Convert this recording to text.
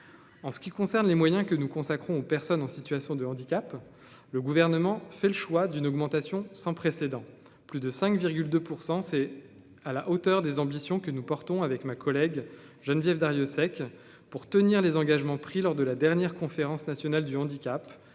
En ce qui concerne les moyens que nous consacrons aux personnes en situation de handicap, le gouvernement fait le choix d'une augmentation sans précédent : plus de 5,2 % c'est à la hauteur des ambitions que nous portons avec ma collègue Geneviève Darrieussecq pour tenir les engagements pris lors de la dernière conférence nationale du handicap